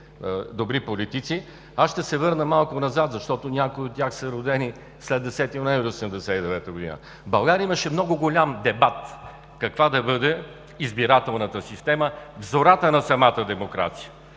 добри политици, аз ще се върна малко назад, защото някои от тях са родени след 10 ноември 1989 г. В България имаше много голям дебат каква да бъде избирателната система в зората на самата демокрация.